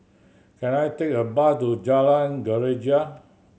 can I take a bus to Jalan Greja